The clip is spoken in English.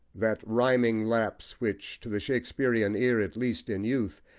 that rhyming lapse, which to the shakespearian ear, at least in youth,